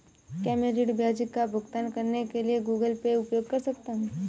क्या मैं ऋण ब्याज का भुगतान करने के लिए गूगल पे उपयोग कर सकता हूं?